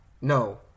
No